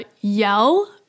yell